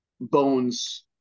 bones